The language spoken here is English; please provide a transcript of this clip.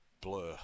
blur